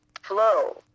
flow